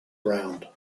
around